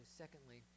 secondly